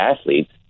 athletes